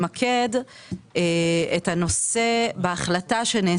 הסעד ולא למקום של הרווחה אבל בכל זאת אם אנחנו עדים,